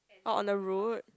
orh on the road